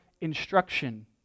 instruction